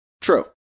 True